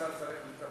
אדוני השר, צריך לטפל.